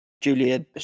Julia